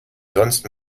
sonst